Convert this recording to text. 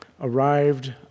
arrived